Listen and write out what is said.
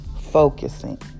focusing